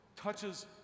touches